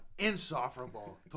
insufferable